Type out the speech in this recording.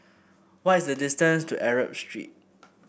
what is the distance to Arab Street